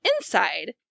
inside